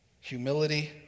Humility